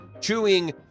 chewing